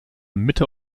mitte